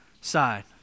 side